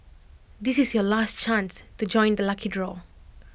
this is your last chance to join the lucky draw